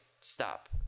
Stop